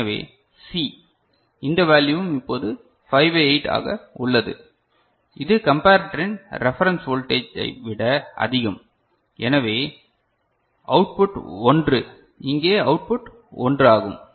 எனவே சி இந்த வேல்யுவும் இப்போது 5 பை 8 ஆக உள்ளது இது கம்பரட்டர் இன் ரெப ரன்ஸ் வோல்டேஜ் ஐ விட அதிகம் எனவே அவுட் புட் 1 இங்கே அவுட் புட் 1 ஆகும்